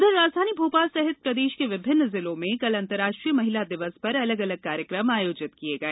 उधर राजधानी भोपाल सहित प्रदेश के विभिन्न जिलों में कल अन्तर्राष्ट्रीय महिला दिवस पर अलग अलग कार्यक्रम आयोजित किए गए